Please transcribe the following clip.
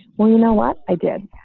when you know what i did